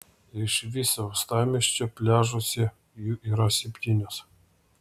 iš viso uostamiesčio pliažuose jų yra septynios